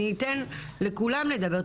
אני אתן לכולם לדבר.